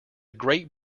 great